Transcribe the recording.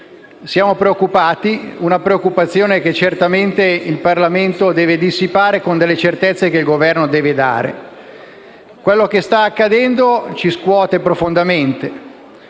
Governo. Abbiamo una preoccupazione che certamente il Parlamento deve dissipare con certezze che il Governo deve dare. Quello che sta accadendo ci scuote profondamente.